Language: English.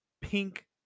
pink